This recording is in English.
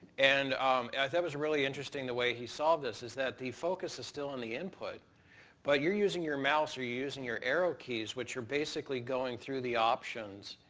and that was really interesting the way he solved this, is that the focus is still on the input but you're using your mouse, you're using your arrow keys, which are basically going through the options,